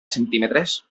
centímetres